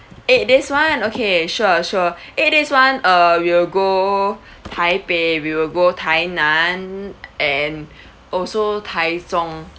eight days [one] okay sure sure eight days [one] uh we will go taipei we will go tainan and also taichung